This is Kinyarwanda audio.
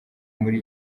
muri